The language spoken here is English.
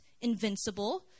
invincible